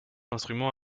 instrument